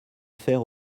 faire